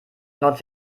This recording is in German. laut